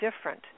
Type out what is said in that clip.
different